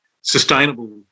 sustainable